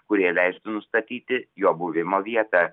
kurie leistų nustatyti jo buvimo vietą